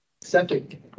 septic